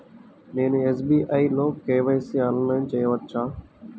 నేను ఎస్.బీ.ఐ లో కే.వై.సి ఆన్లైన్లో చేయవచ్చా?